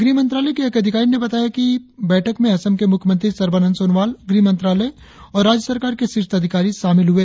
गृह मंत्रालय के एक अधिकारी ने बताया ने बताया कि बैठक में असम के मुख्यमंत्री सर्बानंद सोनोवाल गृह मंत्रालय और राज्य सरकार के शीर्ष अधिकारी शामिल हुए